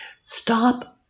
Stop